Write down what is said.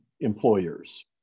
employers